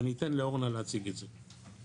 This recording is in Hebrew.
ואני אתן לאורנה להציג את זה.